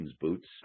boots